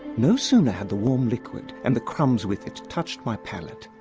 no sooner had the warm liquid and the crumbs with it touched my palate,